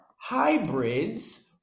hybrids